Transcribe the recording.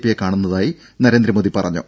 P യെ കാണുന്നതായി നരേന്ദ്രമോദി പറഞ്ഞു